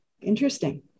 interesting